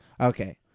Okay